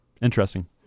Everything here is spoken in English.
interesting